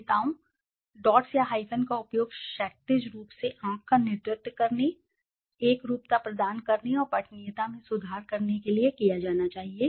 नेताओं डॉट्स या हाइफ़न का उपयोग क्षैतिज रूप से आंख का नेतृत्व करने एकरूपता प्रदान करने और पठनीयता में सुधार करने के लिए किया जाना चाहिए